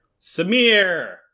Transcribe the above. Samir